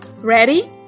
Ready